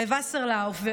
וסרלאוף,